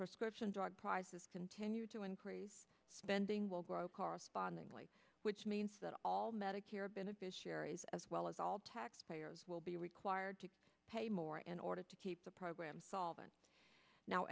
prescription drug prices continue to increase spending will grow correspondingly which means that all medicare beneficiaries as well as all taxpayers will be required to pay more in order to keep the program solvent now